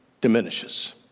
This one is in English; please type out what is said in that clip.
diminishes